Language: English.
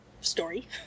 story